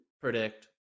predict